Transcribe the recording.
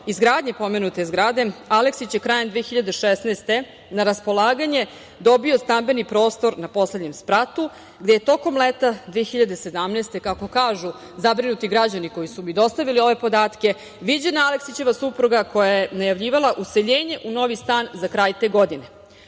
izgradnje pomenute zgrade, Aleksić je krajem 2016. godine na raspolaganje dobio stambeni prostor na poslednjem spratu gde je tokom leta 2017. godine, kako kažu zabrinuti građani koji su mi dostavili ove podatke, viđena Aleksićeva supruga koja je najavljivala useljenje u novi stan za kraj te godine.